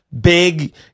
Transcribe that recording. big